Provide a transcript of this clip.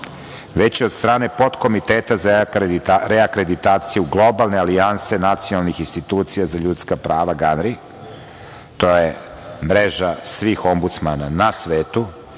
već od strane podkomiteta za reakreditaciju globalne alijanse nacionalnih institucija za ljudska prava GAVRI, to je mreža svih ombdusmana na svetu,